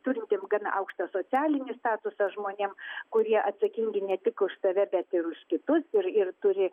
turintiem gana aukštą socialinį statusą žmonėm kurie atsakingi ne tik už save bet ir už kitus ir ir turi